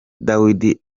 dawidi